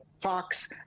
Fox